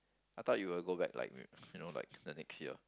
I thought you will go back like you know like the next year